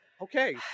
okay